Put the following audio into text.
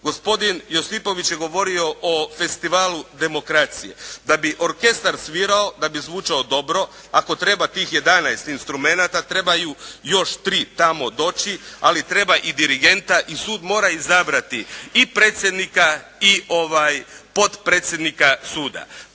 Gospodin Josipović je govorio o festivalu demokracije. Da bi orkestar svirao, da bi zvučao dobro, ako treba tih 11 instrumenata, trebaju još tri tamo doći, ali treba i dirigenta, i sud mora izabrati i predsjednika i potpredsjednika suda.